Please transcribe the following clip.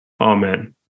Amen